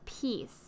peace